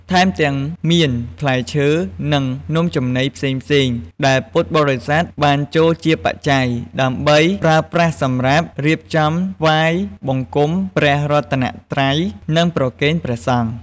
ថែមទាំងមានផ្លែឈើ និងនំចំណីផ្សេងៗដែលពុទ្ធបរិស័ទបានចូលជាបច្ច័យ ដើម្បីប្រើប្រាស់សម្រាប់រៀបចំថ្វាយបង្គំព្រះរតនត្រ័យ និងប្រគេនព្រះសង្ឃ។